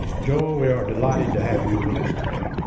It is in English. joel, we are delighted to have you with us today.